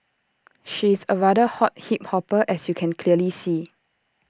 she's A rather hot hip hopper as you can clearly see